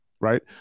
right